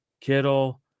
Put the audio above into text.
Kittle